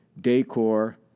Decor